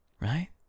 Right